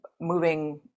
moving